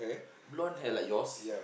blonde hair like yours